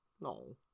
No